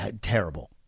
Terrible